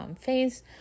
phase